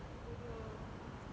bodoh